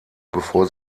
bevor